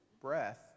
breath